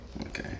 Okay